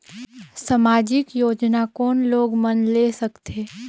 समाजिक योजना कोन लोग मन ले सकथे?